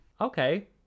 Okay